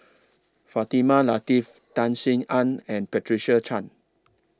Fatimah Lateef Tan Sin Aun and Patricia Chan